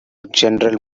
general